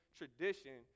tradition